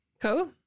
Cool